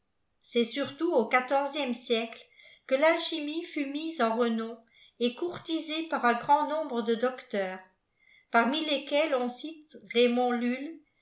c'est surlaut au quatorzième siècle que l'alckimie fut mise en renom et courtisée par un grand nombre de docteurs parmi lesquels on cite raymond